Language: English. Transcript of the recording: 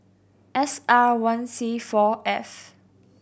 S R one C four F